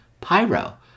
pyro